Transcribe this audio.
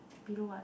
below what